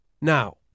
Now